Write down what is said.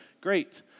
great